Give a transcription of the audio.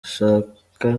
nshaka